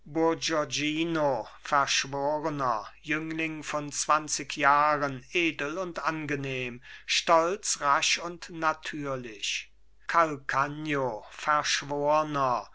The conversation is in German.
verschworner jüngling von zwanzig jahren edel und angenehm stolz rasch und natürlich calcagno verschworner